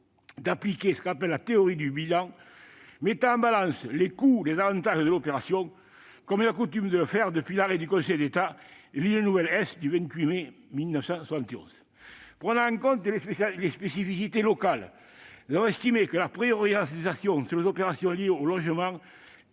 d'appliquer la théorie du bilan, en mettant en balance les coûts et les avantages de l'opération, comme il a coutume de le faire depuis l'arrêt du Conseil d'État du 28 mai 1971. Prenant en compte les spécificités locales, nous avons estimé que la priorisation sur les opérations liées au logement,